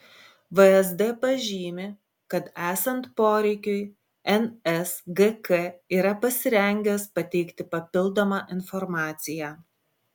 vsd pažymi kad esant poreikiui nsgk yra pasirengęs pateikti papildomą informaciją